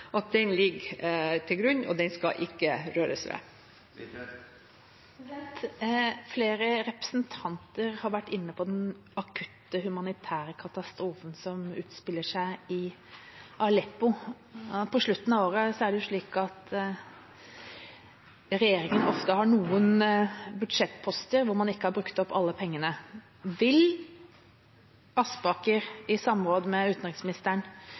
at den ligger til grunn, og den skal ikke røres ved. Flere representanter har vært inne på den akutte humanitære katastrofen som utspiller seg i Aleppo. På slutten av året er det jo slik at regjeringa ofte har noen budsjettposter hvor man ikke har brukt opp alle pengene. Vil Aspaker i samråd med utenriksministeren